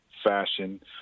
fashion